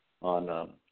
on